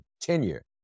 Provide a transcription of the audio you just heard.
tenure